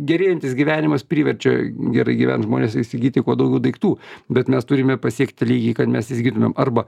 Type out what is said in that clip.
gerėjantis gyvenimas priverčia gerai gyvent žmonės ir įsigyti kuo daugiau daiktų bet mes turime pasiekti lygį kad mes įsigytumėm arba